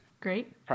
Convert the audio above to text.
Great